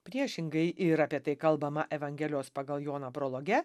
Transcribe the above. priešingai ir apie tai kalbama evangelijos pagal joną prologe